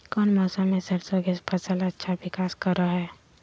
कौन मौसम मैं सरसों के फसल अच्छा विकास करो हय?